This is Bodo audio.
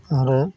आरो